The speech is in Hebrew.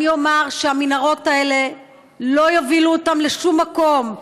אני אומר שהמנהרות האלה לא יובילו אותם לשום מקום,